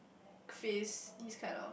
faces this kind of